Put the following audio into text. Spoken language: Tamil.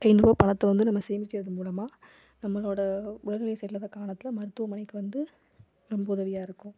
ஐந்நூறுரூவா பணத்தை வந்து நம்ம சேமிக்கிறது மூலமாக நம்மளோடய உடல்நிலை சரி இல்லாத காலத்தில் மருத்துவமனைக்கு வந்து ரொம்ப உதவியாக இருக்கும்